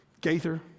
Gaither